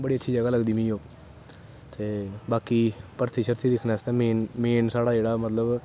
बड़ी अच्छी जगा लगदी मिगी ओह् ते बाकी भर्थी शर्थी दिक्खनें आस्तै मेन साढ़ा जेह्ड़े मतलव